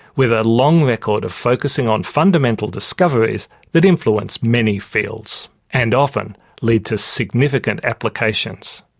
with a long record of focusing on fundamental discoveries that influence many fields and often lead to significant applications.